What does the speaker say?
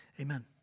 Amen